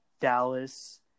Dallas